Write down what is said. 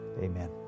Amen